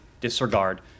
disregard